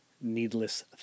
needless